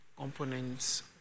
components